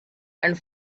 and